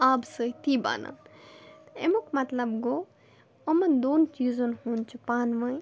آبہٕ سۭتی بَنان اَمیُک مطلب گوٚو یِمن دۄن چیٖزن ہُنٛد چھُ پانہٕ وٲنۍ